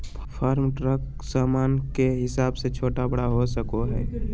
farm truck सामान के हिसाब से छोटा बड़ा हो सको हय